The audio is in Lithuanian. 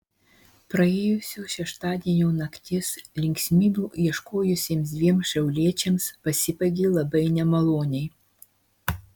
praėjusio šeštadienio naktis linksmybių ieškojusiems dviem šiauliečiams pasibaigė labai nemaloniai